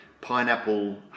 Pineapple